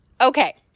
Okay